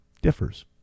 differs